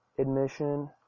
admission